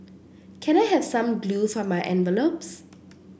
can I have some glue for my envelopes